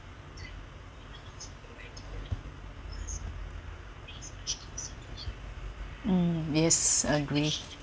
mm yes I agree